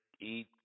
eat